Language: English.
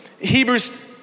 Hebrews